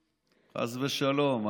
חס ושלום.